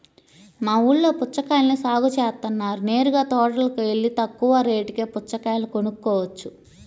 మా ఊల్లో పుచ్చకాయల్ని సాగు జేత్తన్నారు నేరుగా తోటలోకెల్లి తక్కువ రేటుకే పుచ్చకాయలు కొనుక్కోవచ్చు